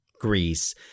Greece